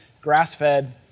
grass-fed